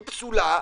היא פסולה,